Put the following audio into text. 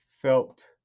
felt